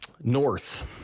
north